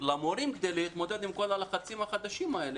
למורים כדי להתמודד עם כל הלחצים החדשים האלה?